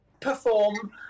perform